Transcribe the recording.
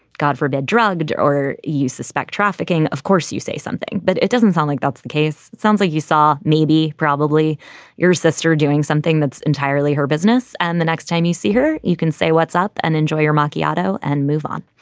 god forbid, drugged or you suspect trafficking, of course you say something. but it doesn't sound like that's the case. sounds like you saw maybe probably your sister doing something that's entirely her business. and the next time you see her, you can say what's up and enjoy your macchiato and move on.